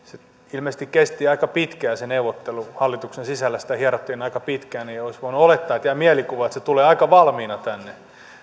ilmeisesti kesti aika pitkään se neuvottelu hallituksen sisällä ja sitä hierottiin aika pitkään olisi voinut olettaa ja jäi mielikuva että se tulee aika valmiina tänne